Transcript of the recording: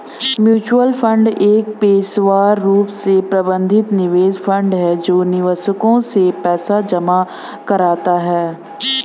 mutual fund एक पेशेवर रूप से प्रबंधित निवेश फंड है जो निवेशकों से पैसा जमा कराता है